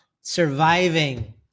surviving